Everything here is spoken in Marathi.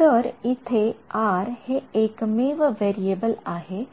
तर इथे R हे एकमेव व्हेरिएबल आहे